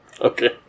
Okay